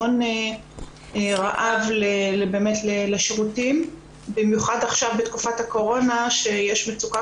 המון רעב לשירותים במיוחד עכשיו בתקופת הקורונה שיש מצוקה